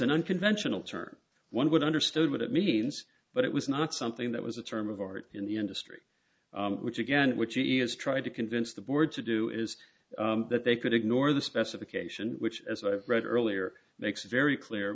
an unconventional turn one would understood what it means but it was not something that was a term of art in the industry which again which he is trying to convince the board to do is that they could ignore the specification which as i read earlier makes very clear